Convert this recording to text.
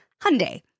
Hyundai